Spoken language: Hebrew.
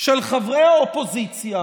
של חברי האופוזיציה,